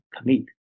commit